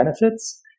benefits